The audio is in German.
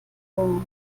vor